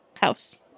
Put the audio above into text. house